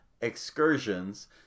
excursions